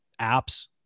Apps